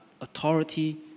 authority